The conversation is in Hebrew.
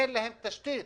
אין להם תשתית